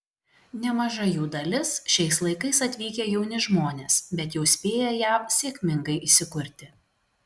nemaža jų dalis šiais laikais atvykę jauni žmonės bet jau spėję jav sėkmingai įsikurti